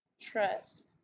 trust